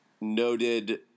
noted